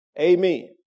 Amen